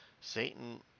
Satan